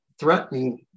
threatening